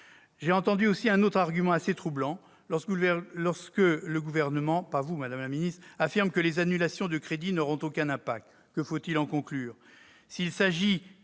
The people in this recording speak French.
entendu un argument assez troublant : quand le Gouvernement- pas vous, madame la ministre -affirme que les annulations de crédit n'auront aucun impact, que faut-il en conclure